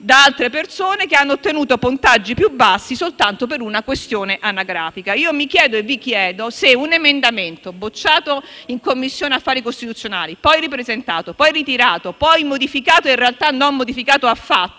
da altre persone che hanno ottenuto punteggi più bassi soltanto per una questione anagrafica. Mi chiedo e vi chiedo se un emendamento respinto in Commissione affari costituzionali, poi ripresentato, ritirato e modificato (ma in realtà non modificato affatto),